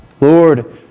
lord